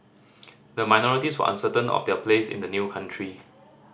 the minorities were uncertain of their place in the new country